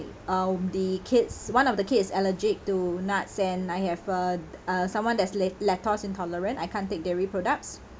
um the kids one of the kids is allergic to nuts and I have a uh someone that's lact~ lactose intolerant I can't take dairy products